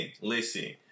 listen